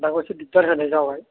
दा बावैसो दिगदार होनाय जाबाय